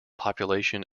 population